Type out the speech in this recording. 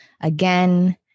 again